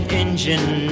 engine